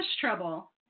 trouble